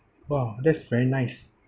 !wow! that's very nice